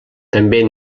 també